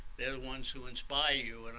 they're the ones who inspire you.